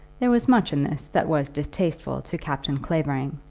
there was much in this that was distasteful to captain clavering,